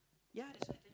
ya that's why like that